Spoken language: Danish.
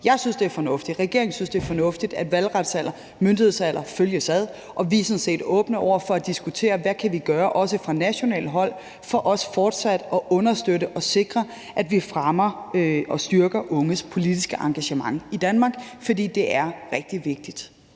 synes, det er fornuftigt, at valgretsalder og myndighedsalder følges ad, og vi er sådan set åbne over for at diskutere, hvad vi kan gøre, også fra nationalt hold, for fortsat at understøtte og sikre, at vi fremmer og styrker unges politiske engagement i Danmark, for det er rigtig vigtigt.